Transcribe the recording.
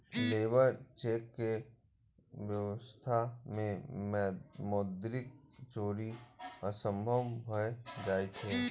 labour check के व्यवस्था मे मौद्रिक चोरी असंभव भए जाइ छै